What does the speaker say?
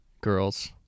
Girls